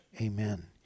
Amen